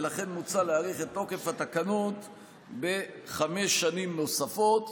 ולכן מוצע להאריך את תוקף התקנות בחמש שנים נוספות.